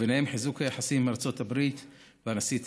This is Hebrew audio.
וביניהם חיזוק היחסים עם ארצות הברית והנשיא טראמפ,